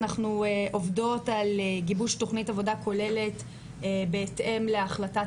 אנחנו עובדות על גיבוש תכנית עבודה כוללת בהתאם להחלטת